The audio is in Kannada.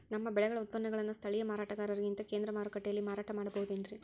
ನಮ್ಮ ಬೆಳೆಗಳ ಉತ್ಪನ್ನಗಳನ್ನ ಸ್ಥಳೇಯ ಮಾರಾಟಗಾರರಿಗಿಂತ ಕೇಂದ್ರ ಮಾರುಕಟ್ಟೆಯಲ್ಲಿ ಮಾರಾಟ ಮಾಡಬಹುದೇನ್ರಿ?